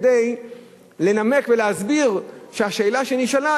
לנמק ולהסביר שהשאלה שנשאלה,